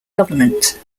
government